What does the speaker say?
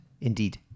indeed